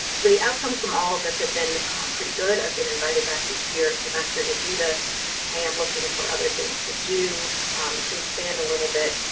so the outcome from all this have been pretty good. i've been invited back each year semester to do this i am looking for other things to do to expand a little bit.